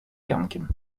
jankiem